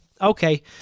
okay